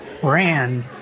brand